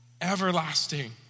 Everlasting